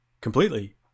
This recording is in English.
completely